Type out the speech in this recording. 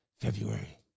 February